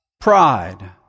pride